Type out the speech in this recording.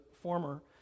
former